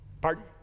Pardon